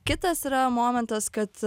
kitas yra momentas kad